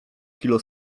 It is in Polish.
kilo